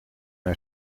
hij